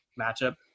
matchup